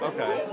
Okay